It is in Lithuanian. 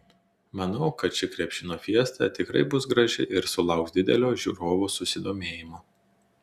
manau kad ši krepšinio fiesta tikrai bus graži ir sulauks didelio žiūrovų susidomėjimo